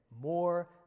more